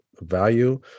value